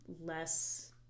less